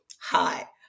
hi